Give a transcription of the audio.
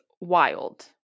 wild